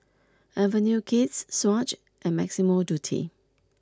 Avenue Kids Swatch and Massimo Dutti